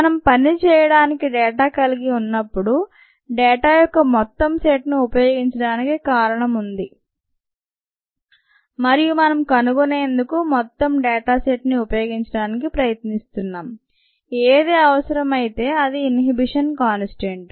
మనం పని చేయడానికి డేటా కలిగి ఉన్నప్పుడు డేటా యొక్క మొత్తం సెట్ను ఉపయోగించడానికి కారణం ఉంది మరియు మనం కనుగొనేందుకు మొత్తం డేటా సెట్ను ఉపయోగించడానికి ప్రయత్నిస్తున్నాము ఏది అవసరం అయితే అది ఇన్హిబిషన్ కాన్స్టాంట్